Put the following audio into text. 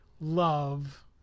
love